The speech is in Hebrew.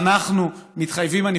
ואנחנו מתחייבים כאן בפניכם,